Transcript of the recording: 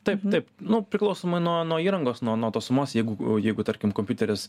taip taip nu priklausomai nuo nuo įrangos nuo nuo tos sumos jeigu jeigu tarkim kompiuteris